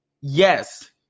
Yes